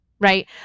right